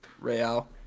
Real